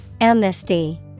Amnesty